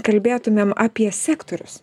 kalbėtumėm apie sektorius